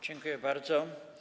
Dziękuję bardzo.